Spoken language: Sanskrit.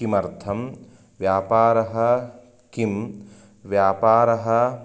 किमर्थं व्यापारः किं व्यापारः